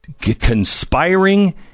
conspiring